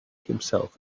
himself